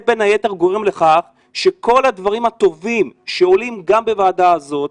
זה בין היתר גורם לכך שכל הדברים הטובים שעולים גם בוועדה הזאת,